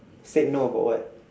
said no about what